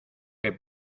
que